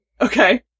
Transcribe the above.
Okay